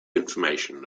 information